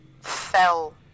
fell